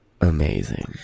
Amazing